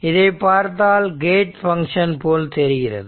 இதை பார்த்தால் gate function போல் தெரிகிறது